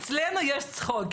פה זה הפוך,